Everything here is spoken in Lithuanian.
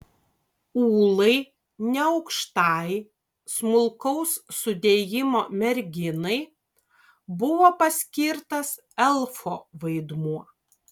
ūlai neaukštai smulkaus sudėjimo merginai buvo paskirtas elfo vaidmuo